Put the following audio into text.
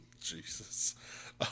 Jesus